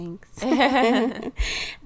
thanks